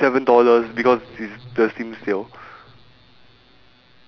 I did not complain I was like !wah! it looks nice I only say is nice but